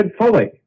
fully